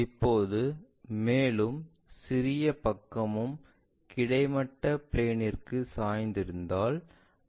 இப்போது மேலும் சிறிய பக்கமும் கிடைமட்ட பிளேன்ற்கு சாய்ந்திருந்தால் நாம் கண்டுபிடிக்க முடியும்